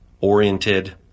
oriented